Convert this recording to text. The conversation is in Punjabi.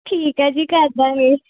ਠੀਕ ਹੈ ਜੀ ਕਰ ਦਾਂਗੇ